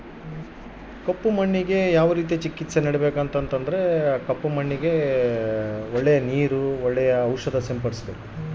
ಕಪ್ಪು ಮಣ್ಣಿಗೆ ಯಾವ ರೇತಿಯ ಚಿಕಿತ್ಸೆ ನೇಡಬೇಕು?